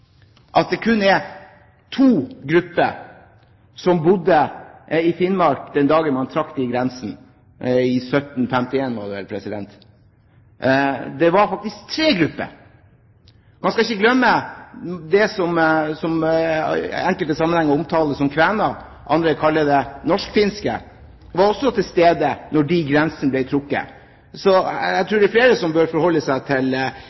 altså ikke kun to grupper som bodde i Finnmark den dagen man trakk grensene – i 1751 var det vel? Det var faktisk tre grupper. Man skal ikke glemme at de som i enkelte sammenhenger omtales som kvener – andre kaller dem norsk-finske – også var til stede da de grensene ble trukket opp. Så jeg tror det er flere som bør forholde seg til